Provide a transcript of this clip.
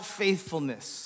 faithfulness